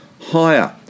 higher